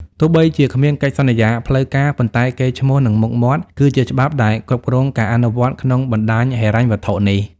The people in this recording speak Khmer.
ទោះបីជាគ្មានកិច្ចសន្យាផ្លូវការ ប៉ុន្តែ "កេរ្តិ៍ឈ្មោះ និងមុខមាត់" គឺជាច្បាប់ដែលគ្រប់គ្រងការអនុវត្តក្នុងបណ្ដាញហិរញ្ញវត្ថុនេះ។